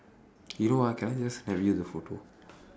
you know ah can I just snap you the photo